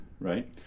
right